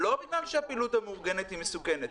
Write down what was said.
זה לא בגלל שהפעילות המאורגנת היא מסוכנת,